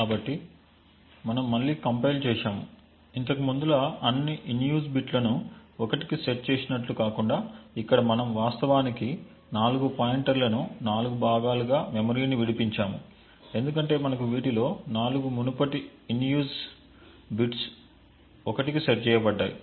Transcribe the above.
కాబట్టి మనం మళ్ళీ కంపైల్ చేసాము ఇంతకుముందు లా అన్ని in use బిట్లను 1 కు సెట్ చేసినట్లు కాకుండా ఇక్కడ మనం వాస్తవానికి 4 పాయింటర్లను 4 భాగాలుగా మెమొరీని విడిపించాము ఎందుకంటే మనకు వీటిలో 4 మునుపటి in use బిట్స్ 1 కు సెట్ చేయబడ్డాయి